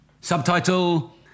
Subtitle